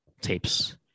tapes